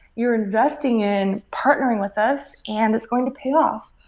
you're investing in partnering with us and it's going to pay off.